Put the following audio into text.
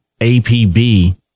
APB